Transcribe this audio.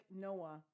Noah